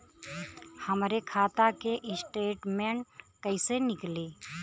हमरे खाता के स्टेटमेंट कइसे निकली?